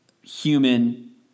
human